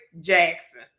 Jackson